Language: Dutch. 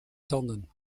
tanden